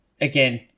again